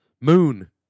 Moon